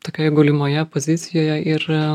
tokioj gulimoje pozicijoje ir